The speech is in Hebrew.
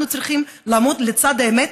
אנחנו צריכים לעמוד לצד האמת,